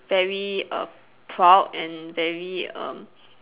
very err proud and very um